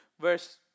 verse